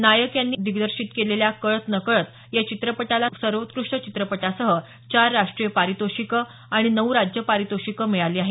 नायक यांनी दिग्दर्शीत केलेल्या कळत नकळत या चित्रपटाला सर्वोत्कृष्ट चित्रपटासह चार राष्ट्रीय पारितोषिकं आणि नऊ राज्य पारितोषिकं मिळाली आहेत